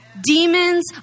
Demons